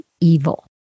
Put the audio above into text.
evil